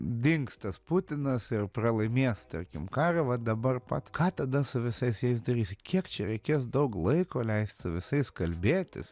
dings tas putinas pralaimės tarkim karą va dabar pat ką tada su visais jais darysi kiek čia reikės daug laiko leist su visais kalbėtis